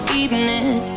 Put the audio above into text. evening